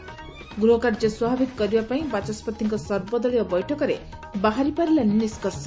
ଗୃହକାର୍ଯ୍ୟ ସ୍ୱାଭାବିକ କରିବା ପାଇଁ ବାଚସ୍ୱତିଙ୍କ ସର୍ବଦଳୀୟ ବୈଠକରେ ବାହାରି ପାରିଲାନି ନିଷ୍କର୍ସ